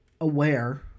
aware